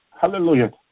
Hallelujah